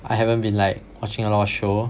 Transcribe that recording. I haven't been like watching a lot of show